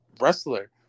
wrestler